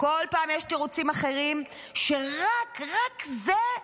בכל פעם יש תירוצים אחרים שרק זה,